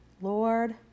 Lord